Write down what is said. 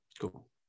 Cool